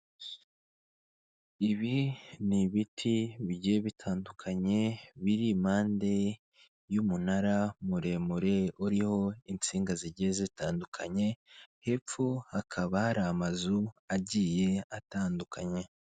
Ibi ni ibiti bigiye bitandukanye biri impande y'umunara uriho insinga zigiye zitandukanye, hepfo hakaba hari amazu agiye atandukanye.